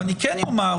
כן אומר,